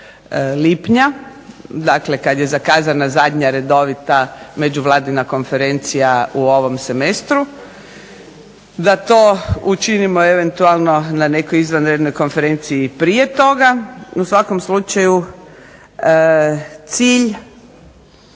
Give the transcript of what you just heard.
lipnja, dakle kada je zakazana zadnja redovita međuvladina konferencija u ovom semestru. Da to učinimo eventualno nekoj izvanrednoj konferenciji prije toga. U svakom slučaju cilj,